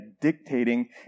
dictating